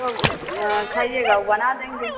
تو کھائیے گا وہ بنا دیں گے